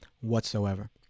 whatsoever